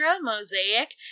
mosaic